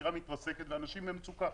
הסירה מתרסקת ואנשים במצוקה.